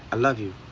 i love you.